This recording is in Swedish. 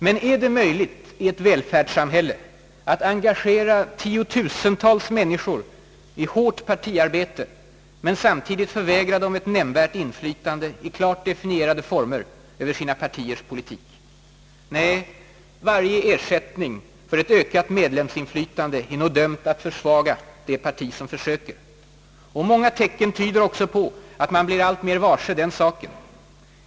Men är det möjligt att i ett välfärdssamhälle engagera tiotusentals människor i hårt partiarbete och samtidigt förvägra dem ett nämnvärt inflytande i klart definierade former över sina partiers politik? Nej, varje ersättning för ett ökat medlemsinflytande är nog dömt att försvaga det parti som försöker. Och många tecken tyder också på att man blir alltmer varse den saken.